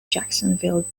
jacksonville